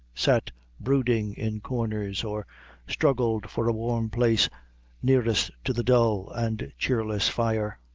sat brooding in corners, or struggled for a warm place nearest to the dull and cheerless fire.